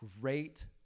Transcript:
great